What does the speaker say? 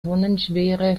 tonnenschwere